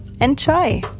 Enjoy